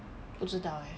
不知道 eh